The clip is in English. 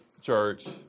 church